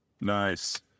Nice